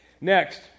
Next